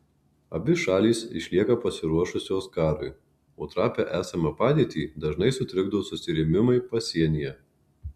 abi šalys išlieka pasiruošusios karui o trapią esamą padėtį dažnai sutrikdo susirėmimai pasienyje